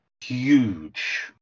huge